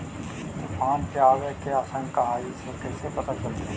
तुफान के आबे के आशंका है इस कैसे पता चलतै?